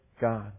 God